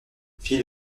fille